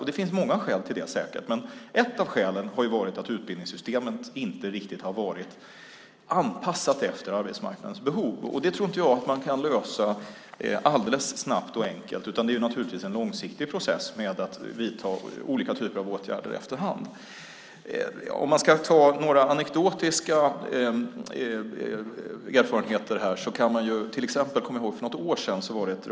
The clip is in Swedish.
Det finns säkert många skäl till det, men ett av skälen har varit att utbildningssystemet inte riktigt har varit anpassat efter arbetsmarknadens behov. Det tror inte jag att man kan lösa alldeles snabbt och enkelt, utan det är naturligtvis en långsiktig process med olika typer av åtgärder som vidtas efterhand. Om man ska ta några anekdotiska erfarenheter kan man till exempel komma ihåg ett radioprogram för något år sedan.